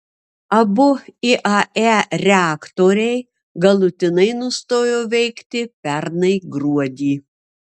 abu iae reaktoriai galutinai nustojo veikti pernai gruodį